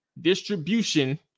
distribution